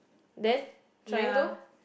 then trying to